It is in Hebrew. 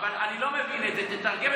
אבל שיתרגם.